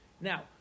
Now